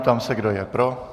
Ptám se, kdo je pro.